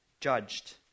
judged